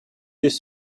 this